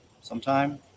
sometime